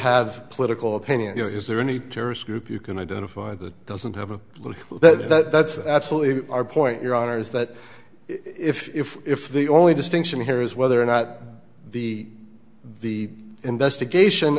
have political opinion you know is there any terrorist group you can identify that doesn't have a look that's absolutely our point your honor is that if if if the only distinction here is whether or not the the investigation